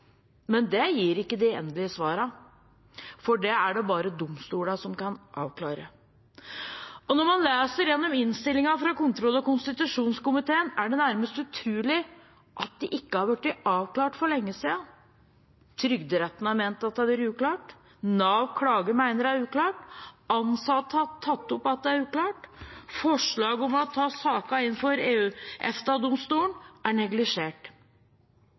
men det gir ikke de endelige svarene, for det er det bare domstolene som kan avklare. Når man leser gjennom innstillingen fra kontroll- og konstitusjonskomiteen, er det nærmest utrolig at det ikke har blitt avklart for lenge siden. Trygderetten har ment at det har vært uklart. Nav klageinstans mener det er uklart. Ansatte har tatt opp at det er uklart. Forslag om å ta sakene inn for EU/EFTA-domstolen er